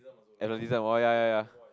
oh ya ya ya